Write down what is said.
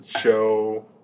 show